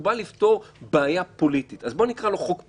הוא בא לפתור בעיה פוליטית אז בוא נקרא לו חוק פוליטי.